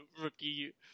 rookie